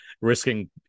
risking